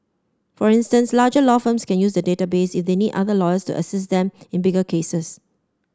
for instance larger law firms can use the database if they need other lawyers to assist them in bigger cases